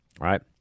right